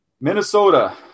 Minnesota